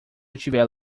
tiver